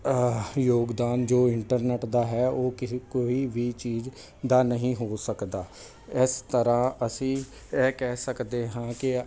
ਯੋਗਦਾਨ ਜੋ ਇੰਟਰਨੈਟ ਦਾ ਹੈ ਉਹ ਕੋਈ ਵੀ ਚੀਜ਼ ਦਾ ਨਹੀਂ ਹੋ ਸਕਦਾ ਇਸ ਤਰ੍ਹਾਂ ਅਸੀਂ ਇਹ ਕਹਿ ਸਕਦੇ ਹਾਂ ਕਿ